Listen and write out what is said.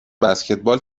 بسکتبال